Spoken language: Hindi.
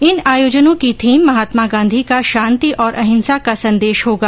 इन आयोजनों की थीम महात्मा गांधी का शांति और अहिंसा का संदेश होगा